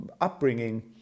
upbringing